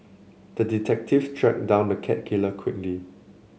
the detective tracked down the cat killer quickly